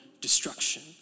destruction